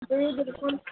जी जी बिल्कुल